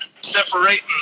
separating